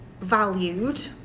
valued